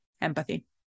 empathy